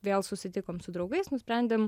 vėl susitikom su draugais nusprendėm